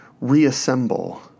Reassemble